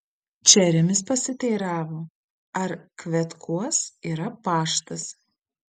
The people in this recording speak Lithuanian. čeremis pasiteiravo ar kvetkuos yra paštas